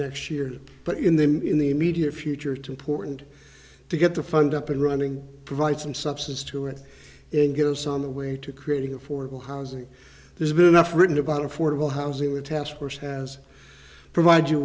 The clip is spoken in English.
next year but in the in the immediate future to portland to get the fund up and running provide some substance to it and get us on the way to creating affordable housing there's been enough written about affordable housing the task force has provided you